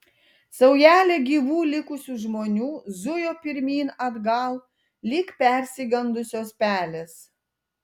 saujelė gyvų likusių žmonių zujo pirmyn atgal lyg persigandusios pelės